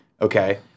okay